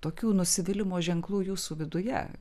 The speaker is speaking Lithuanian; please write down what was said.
tokių nusivylimo ženklų jūsų viduje